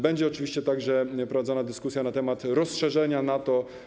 Będzie oczywiście także prowadzona dyskusja na temat rozszerzenia NATO.